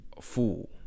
fool